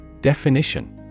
Definition